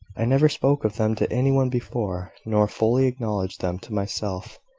i never spoke of them to any one before, nor fully acknowledged them to myself.